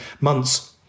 months